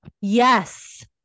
yes